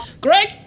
Greg